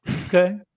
Okay